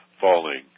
falling